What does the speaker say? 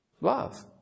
Love